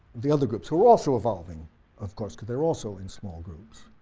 the other groups who were also evolving of course because they were also in small groups.